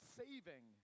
saving